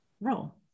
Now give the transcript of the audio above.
role